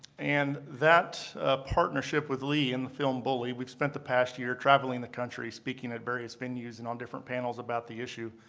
and that partnership with lee in the film bully we've spent the past year traveling the country speaking at various venues and on different panels about the issue.